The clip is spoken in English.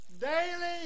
daily